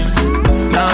Now